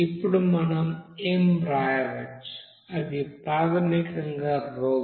ఇప్పుడు మనం m వ్రాయవచ్చు అది ప్రాథమికంగా ρV